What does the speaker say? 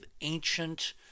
ancient